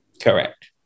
Correct